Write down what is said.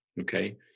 Okay